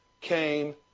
came